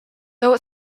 though